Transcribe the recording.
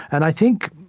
and i think,